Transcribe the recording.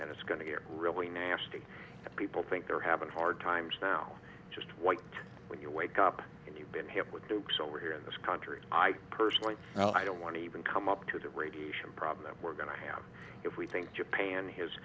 and it's going to air really nasty that people think they're having hard times now just want when you wake up and you've been hit with nukes over here in this country i personally i don't want to even come up to that radiation problem that we're going to have if we think japan has